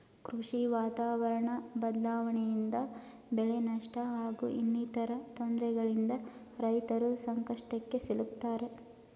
ಕೃಷಿ ವಾತಾವರಣ ಬದ್ಲಾವಣೆಯಿಂದ ಬೆಳೆನಷ್ಟ ಹಾಗೂ ಇನ್ನಿತರ ತೊಂದ್ರೆಗಳಿಂದ ರೈತರು ಸಂಕಷ್ಟಕ್ಕೆ ಸಿಲುಕ್ತಾರೆ